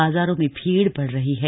बाजारों में भीड़ बढ़ रही है